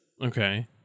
Okay